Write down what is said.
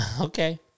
Okay